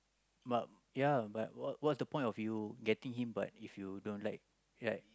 but ya but what what's the point of you getting him but if you don't like right